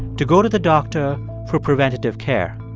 to go to the doctor for preventative care.